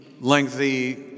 lengthy